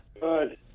Good